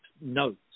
notes